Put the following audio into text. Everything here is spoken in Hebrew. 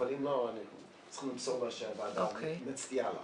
אבל אם לא אז צריך למסור לה שהוועדה מצדיעה לה.